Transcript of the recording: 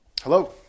Hello